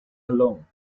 alone